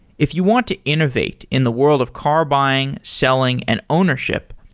if you want to innovate in the world of car buying, selling and ownership,